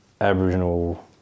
Aboriginal